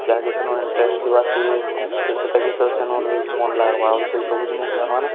ଯାହାକି ସେନୁ ଇଣ୍ଟରେଷ୍ଟ ଥିବା ସିଏ ତ ସେଥିକି ସେ ସେନୁ ମନ ଲାଗବା ଆଉ ସେଇ ସବୁ ଜିନିଷ ତା'ର ମାନେ